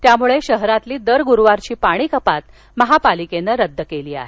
त्यामुळे शहरातली दर गुरुवारची पाणी कपात महापालिकेनं रद्द केली आहे